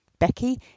Becky